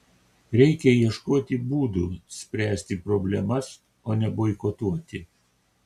reikia ieškoti būdų spręsti problemas o ne boikotuoti